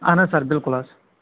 اَہَن حظ سَر بِلکُل حظ